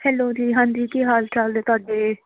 hello ਜੀ ਹਾਂਜੀ ਕੀ ਹਾਲ ਚਾਲ ਨੇ ਤੁਹਾਡੇ